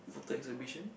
the exhibition